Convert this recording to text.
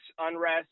unrest